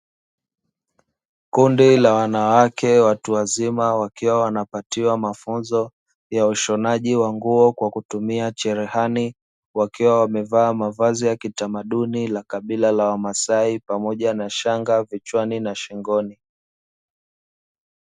Kundi la wanawake watu wazima wakiwa wanapatiwa mafunzo ya ushonaji wa nguo kwa kutumia cherehani, wakiwa wamevaa mavazi ya kitamaduni la kabila la wamasai pamoja na shanga vichwani na shingoni.